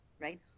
right